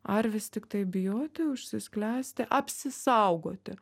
ar vis tiktai bijoti užsisklęsti apsisaugoti